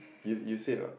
you you said [what]